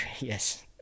Yes